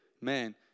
man